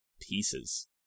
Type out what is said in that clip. pieces